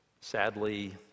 Sadly